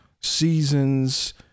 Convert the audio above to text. seasons